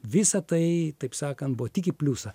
visa tai taip sakant buvo tik į pliusą